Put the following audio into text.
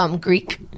Greek